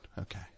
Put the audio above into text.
Okay